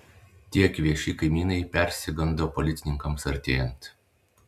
tie kvėši kaimynai persigando policininkams artėjant